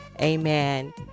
Amen